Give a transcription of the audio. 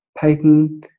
Payton